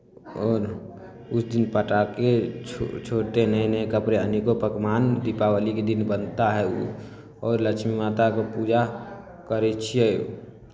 आओर उस दिन पटाखे छो छोड़ते नए नए कपड़े अनेकोँ पकवान दीपावलीके दिन बनता है आओर लक्ष्मी माताके पूजा करै छियै